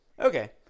Okay